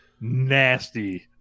nasty